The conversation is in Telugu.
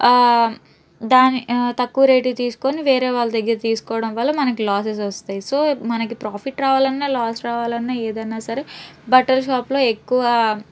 దాని తక్కువ రేట్కి తీసుకొని వేరే వాళ్ళ దగ్గర తీసుకోవడం వల్ల మనకి లాసెస్ వస్తాయి సో మనకి ప్రాఫిట్ రావాలన్నా లాస్ రావాలన్నా ఏదన్నా సరే బట్టల షాప్లో ఎక్కువ